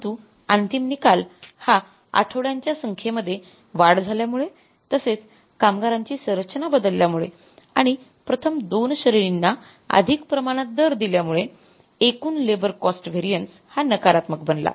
परंतु अंतिम निकाल हा आठवड्यांच्या संख्येमध्ये वाढ झाल्यामुळे तसेच कामगारांची संरचना बदल्यामुळे आणि प्रथम २ श्रेणींना अधिक प्रमाणात दर दिल्यामुळे एकूण लेबर कॉस्ट व्हेरिएन्स हा नकारात्मक बनला